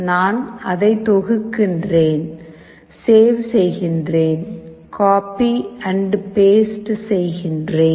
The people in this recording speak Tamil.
நான் அதை தொகுக்கிறேன் சேவ் செய்கிறேன் கோப்பி அண்ட் பேஸ்ட் செய்கிறேன்